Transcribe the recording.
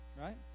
Right